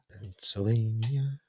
Pennsylvania